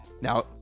Now